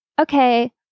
Okay